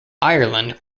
ireland